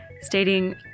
stating